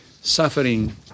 suffering